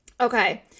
Okay